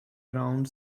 round